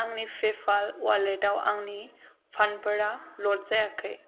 आंनि पेप'ल अवालेटाव आंनि फान्डफोरा ल'ड जायाखै